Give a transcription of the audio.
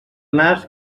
nas